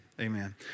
amen